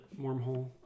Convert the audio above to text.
wormhole